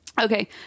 Okay